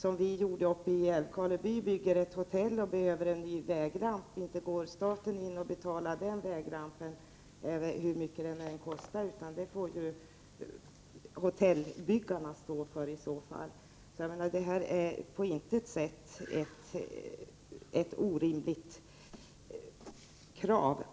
Om man bygger ett nytt hotell, vilket vi gjorde i Älvkarleby, och behöver en ny vägramp, går staten inte in och betalar den vägrampen hur mycket den än kostar, utan den kostnaden får de som bygger hotellet i så fall stå för. Detta är på intet sätt ett orimligt krav.